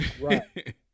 Right